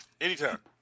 Anytime